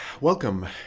Welcome